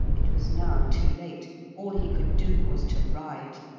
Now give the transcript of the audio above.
it was now too late all he could do was to ride.